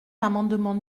l’amendement